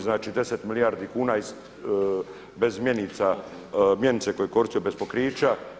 Znači, 10 milijardi kuna bez mjenica, mjenice koje je koristio bez pokrića.